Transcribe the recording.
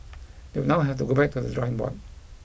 they now have to go back to the drawing board